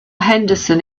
henderson